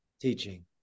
teaching